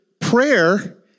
prayer